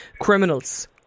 criminals